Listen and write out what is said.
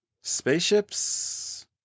spaceships